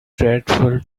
dreadful